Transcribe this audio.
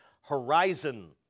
horizon